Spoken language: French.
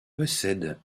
possède